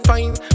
Fine